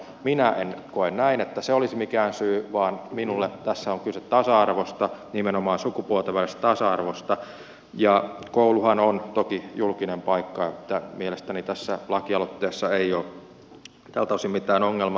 minä en koe näin että se olisi mikään syy vaan minulle tässä on kyse tasa arvosta nimenomaan sukupuolten välisestä tasa arvosta ja kouluhan on toki julkinen paikka niin että mielestäni tässä lakialoitteessa ei ole tältä osin mitään ongelmaa